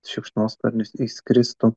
šikšnosparnis įskristų